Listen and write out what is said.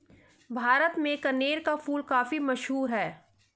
भारत में कनेर का फूल काफी मशहूर है